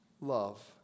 love